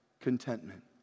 Contentment